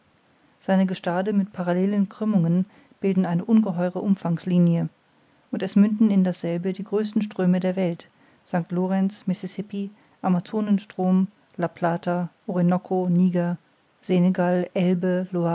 seine gestade mit parallelen krümmungen bilden eine ungeheure umfangslinie und es münden in dasselbe die größten ströme der welt st lorenz mississippi amazonenstrom